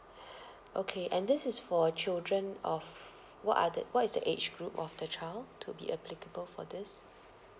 okay and this is for children of what are the what is the age group of the child to be applicable for this